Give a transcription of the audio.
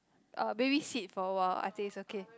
uh babysit for awhile I think it's okay